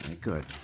Good